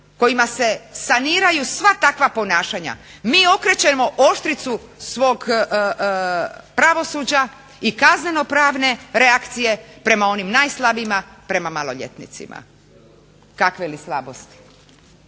kojima se saniraju sva takva ponašanja, mi okrećemo oštricu svog pravosuđa i kazneno pravne reakcije prema onim najslabijima, prema maloljetnicima. Kakve li slabosti.